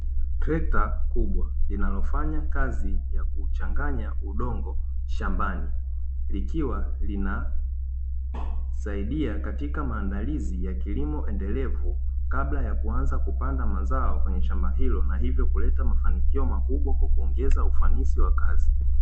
Trekta kubwa linalofanya kazi yakuchanganya udongo shambani, likiwa linasaidia katika maandalizi ya kilimo endelevu kabla yakuanza kupanda mazao kwenye shamba hilo na hivyo kuleta mafanikio makubwa kwakuongeza ufanisi wa kazi.